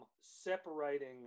separating